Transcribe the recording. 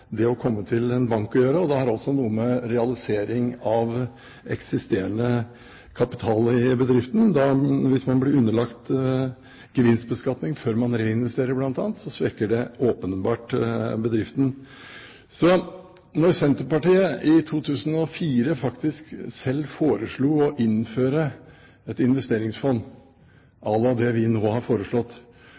det å komme til en bank å gjøre, og det har også noe med realisering av eksisterende kapital i bedriften å gjøre. Hvis man blir underlagt gevinstbeskatning før man reinvesterer, bl.a., svekker det åpenbart bedriften. Når Senterpartiet i 2004 faktisk selv foreslo å innføre et investeringsfond à la det vi nå har foreslått,